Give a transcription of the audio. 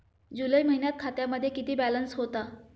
जुलै महिन्यात खात्यामध्ये किती बॅलन्स होता?